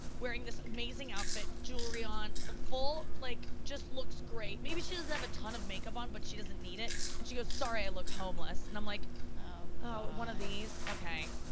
wearing this amazing outfit, jewelry on, full like, just looks great, maybe she doesn't have a ton of makeup on but she doesn't need it, and she goes, sorry i look homeless, and i'm like oh, god. oh, one of these? okay.